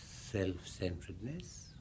self-centeredness